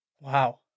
Wow